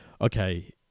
okay